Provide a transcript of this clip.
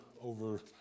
over